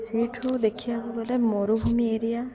ସେଇଠୁ ଦେଖିବାକୁ ଗଲେ ମରୁଭୂମି ଏରିଆ